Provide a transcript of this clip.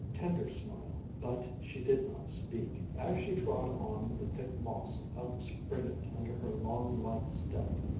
tender smile. but she did not speak. as she trod on the thick moss upspringing under her long, light step,